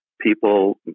people